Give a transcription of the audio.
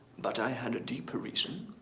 but i had a deeper reason.